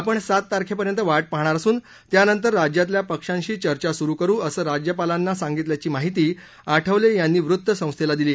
आपण सात तारखेपर्यंत वाट पाहणार असुन त्यानंतर राज्यातल्या पक्षांशी चर्चा सुरु करु असं राज्यपालांनी सांगितल्यांची माहिती आठवले यांनी वृत्तसंस्थेला दिली